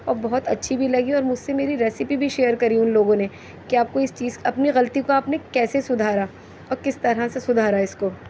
اور بہت اچھی بھی لگی اور مجھ سے میری ریسیپی بھی شیئر کری ان لوگوں نے کہ آپ کو اس چیز اپنی غلطی کو آپ نے کیسے سدھارا اور کس طرح سے سدھارا اس کو